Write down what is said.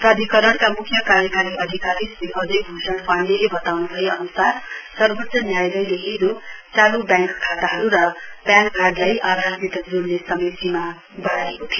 प्राधिकरणका मुख्य कार्यकारी अधिकारी श्री अजय भूषण पाण्डेले बताउनुभए अनुसार सर्वोच्च न्यायालयले हिजो चालू ब्याङ्क खाताहरू र प्यान कार्डलाई आधारसित जोड्ने समय सीमा बढ़ाएको थियो